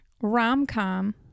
rom-com